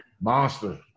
Monster